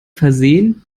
versehen